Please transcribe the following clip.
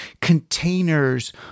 containers